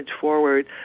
forward